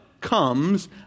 comes